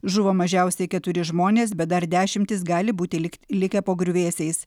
žuvo mažiausiai keturi žmonės bet dar dešimtys gali būti likt likę po griuvėsiais